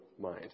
mind